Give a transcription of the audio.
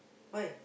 why